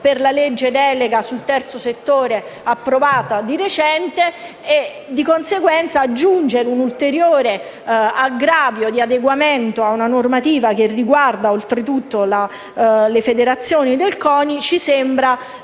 della legge delega sul terzo settore, e di conseguenza aggiungere un ulteriore aggravio di adeguamento a una normativa che riguarda, oltre tutto, le federazioni del CONI. Questo ci sembra